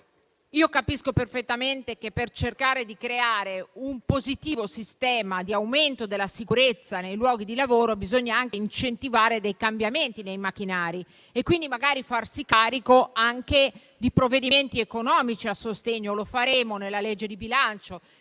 io capisco perfettamente che, per cercare di creare un positivo sistema di aumento della sicurezza nei luoghi di lavoro, bisogna incentivare il cambiamento dei macchinari e quindi magari farsi carico di provvedimenti economici a sostegno. Lo faremo nella legge di bilancio,